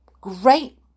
great